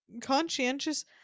conscientious